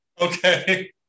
Okay